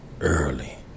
early